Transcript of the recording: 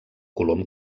colom